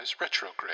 retrograde